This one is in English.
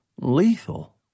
lethal